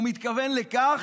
הוא מתכוון לכך,